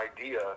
idea